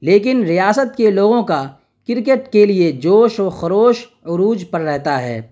لیکن ریاست کے لوگوں کا کرکٹ کے لیے جوش و خروش عروج پر رہتا ہے